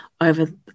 over